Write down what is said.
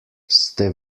ste